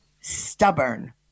stubborn